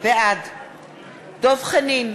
בעד דב חנין,